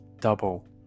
double